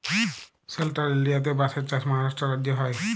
central ইলডিয়াতে বাঁশের চাষ মহারাষ্ট্র রাজ্যে হ্যয়